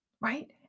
Right